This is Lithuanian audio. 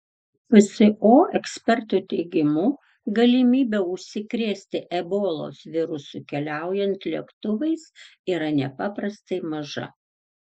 pso ekspertų teigimu galimybė užsikrėsti ebolos virusu keliaujant lėktuvais yra nepaprastai maža